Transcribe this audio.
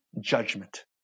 Judgment